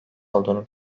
olduğunu